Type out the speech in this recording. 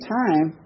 time